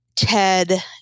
Ted